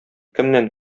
кемнән